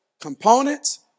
components